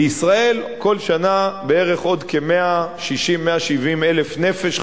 בישראל כל שנה בערך עוד 160,000 170,000 נפש,